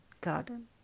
garden